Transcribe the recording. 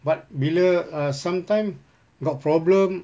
but bila err sometimes got problem